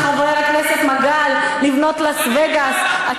אז זה מצטרף לקריאה של חבר הכנסת מגל לבנות לאס-וגאס במדבר.